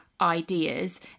ideas